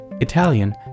Italian